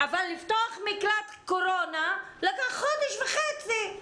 אבל לפתוח מקלט קורונה לקח חודש וחצי.